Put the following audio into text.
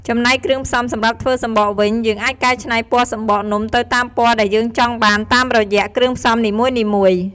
ចំណែក គ្រឿងផ្សំសម្រាប់ធ្វើសំបកវិញ យើងអាចកែច្នៃពណ៌សំបកនំទៅតាមពណ៌ដែលយើងចង់បានតាមរយៈគ្រឿងផ្សំនីមួយៗ។